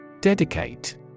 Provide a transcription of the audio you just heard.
Dedicate